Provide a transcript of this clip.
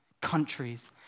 countries